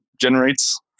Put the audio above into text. generates